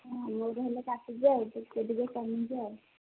ଆମର ହେଲେ କାଟିଛି ଆଉ ଟିକେ ଟିକେ କମି ଯାଅ